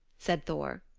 said thor.